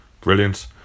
Brilliant